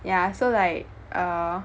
yeah so like err